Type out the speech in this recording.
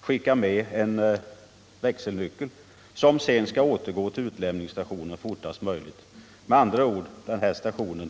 skickar med en växelnyckel som sedan fortast möjligt skall återgå till utlämningsstationen.